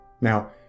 Now